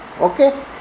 Okay